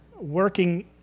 working